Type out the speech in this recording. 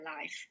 life